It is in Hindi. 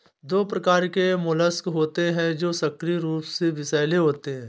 दो प्रकार के मोलस्क होते हैं जो सक्रिय रूप से विषैले होते हैं